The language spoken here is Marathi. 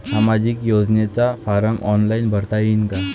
सामाजिक योजनेचा फारम ऑनलाईन भरता येईन का?